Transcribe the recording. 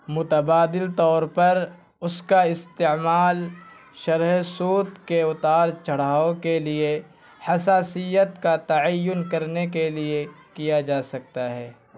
متبادل طور پر اس کا استعمال شرح سود کے اتار چڑھاؤ کے لیے حساسیت کا تعین کرنے کے لیے کیا جا سکتا ہے